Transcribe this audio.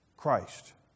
Christ